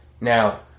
Now